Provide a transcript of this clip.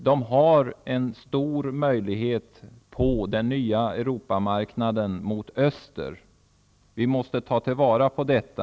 De har en stor möjlighet på den nya Europamarknaden mot öster. Vi måste ta vara på detta.